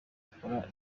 akora